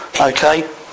okay